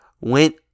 went